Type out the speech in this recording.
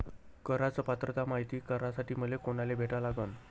कराच पात्रता मायती करासाठी मले कोनाले भेटा लागन?